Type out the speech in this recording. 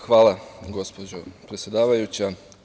Hvala, gospođo predsedavajuća.